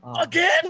again